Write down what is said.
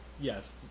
Yes